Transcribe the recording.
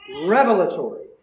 revelatory